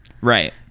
Right